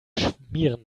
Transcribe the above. schmieren